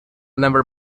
never